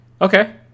okay